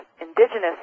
indigenous